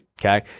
Okay